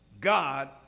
God